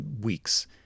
weeks